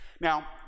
Now